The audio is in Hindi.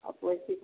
अब वैसी बात